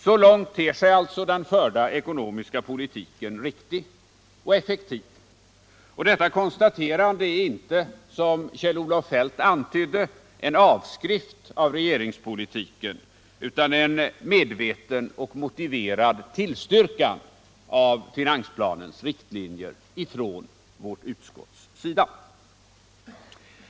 Så långt ter sig alltså den förda ekonomiska politiken riktig och effektiv. Detta konstaterande är inte, som Kjell-Olof Feldt antydde, en avskrift av regeringspolitiken utan en medveten och motiverad tillstyrkan av finansplanens riktlinjer från utskottets sida.